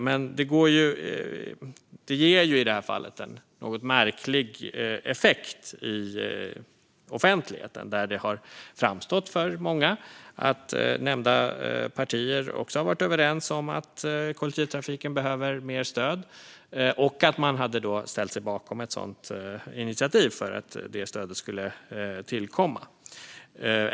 Men det ger i det här fallet en något märklig effekt i offentligheten, där det har framstått för många som att nämnda partier varit överens om att kollektivtrafiken behöver mer stöd och ställt sig bakom ett initiativ för att det stödet skulle tillkomma.